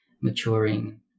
maturing